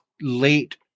late